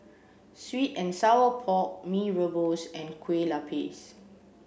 sweet and sour pork Mee rebus and Kue Lupis